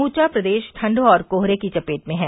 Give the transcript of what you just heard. समूचा प्रदेश ठंड और कोहरे की चपेट में है